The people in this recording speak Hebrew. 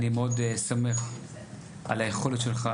אני מאוד סומך על היכולת שלך,